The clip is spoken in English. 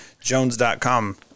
jones.com